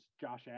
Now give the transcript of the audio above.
Josh